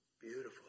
Beautiful